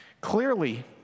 Clearly